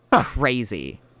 crazy